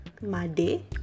Made